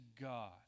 God